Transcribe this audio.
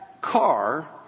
car